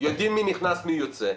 יודעים מי נכנס, מי יוצא.